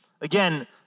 Again